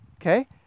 Okay